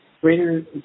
greater